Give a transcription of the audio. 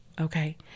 Okay